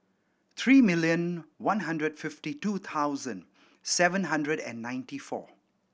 three million one hundred fifty two thousand seven hundred and ninety four